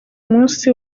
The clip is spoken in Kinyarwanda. munsi